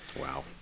Wow